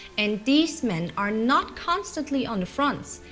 and these men are not constantly on the fronts,